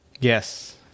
Yes